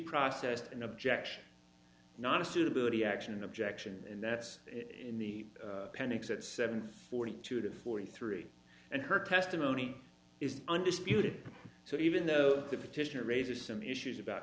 processed an objection not a suitability action objection and that's in the panics at seven forty two to forty three and her testimony is undisputed so even though the petitioner raises some issues about